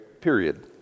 Period